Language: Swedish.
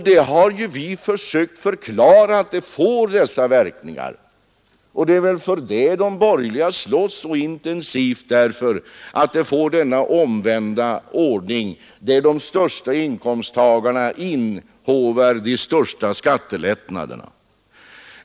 Vi har ju försökt förklara att dessa verkningar skulle uppstå, och de borgerliga slåss väl så intensivt därför att det skulle bli denna omvända ordning där de största inkomsttagarna inhåvar de största skattelättnaderna.